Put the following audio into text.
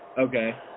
okay